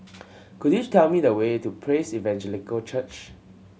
could you tell me the way to Praise Evangelical Church